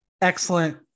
Excellent